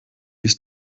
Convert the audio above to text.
ist